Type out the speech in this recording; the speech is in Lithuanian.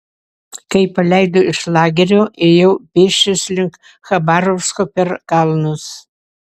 kai paleido iš lagerio ėjau pėsčias link chabarovsko per kalnus